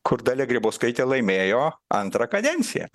kur dalia grybauskaitė laimėjo antrą kadenciją